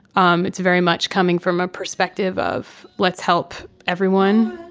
um it's very much coming from a perspective of let's help everyone.